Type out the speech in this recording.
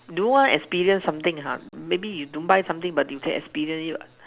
do one experience something ha maybe you don't buy something but you can experience it what